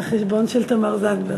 מהחשבון של תמר זנדברג.